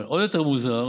אבל עוד יותר מוזר,